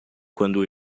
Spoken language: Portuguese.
quando